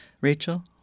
Rachel